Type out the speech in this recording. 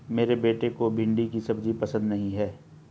मेरे बेटे को भिंडी की सब्जी पसंद नहीं है